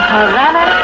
Havana